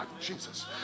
Jesus